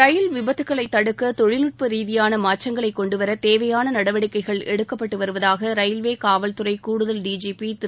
ரயில் விபத்துக்களை தடுக்க தொழில்நுட்ப ரீதியான மாற்றங்களை கொண்டுவர தேவையான நடவடிக்கைகள் எடுக்கப்பட்டு வருவதாக ரயில்வே காவல்துறை கூடுதல் டிஜிபி திரு